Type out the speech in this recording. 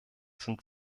sind